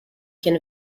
can